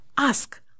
ask